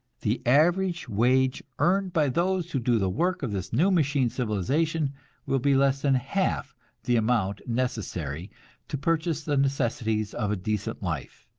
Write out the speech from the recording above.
the average wage earned by those who do the work of this new machine civilization will be less than half the amount necessary to purchase the necessities of a decent life,